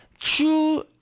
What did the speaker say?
True